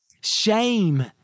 Shame